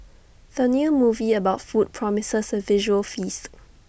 the new movie about food promises A visual feast